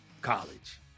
college